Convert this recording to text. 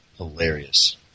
Hilarious